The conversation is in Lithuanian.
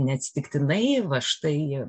neatsitiktinai va štai